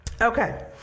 Okay